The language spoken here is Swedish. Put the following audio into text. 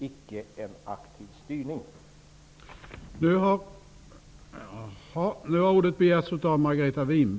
Det är inte konstigare än så.